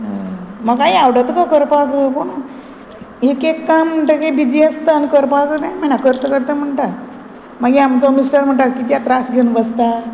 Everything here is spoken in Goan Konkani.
हय म्हाकाय आवडत गो करपाक पूण एक एक काम तेगे बिजी आसता आनी करपाक तें मेळना करता करता म्हणटा मागीर आमचो मिस्टर म्हणटा कित्याक त्रास घेवन बसता